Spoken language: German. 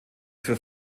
für